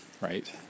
right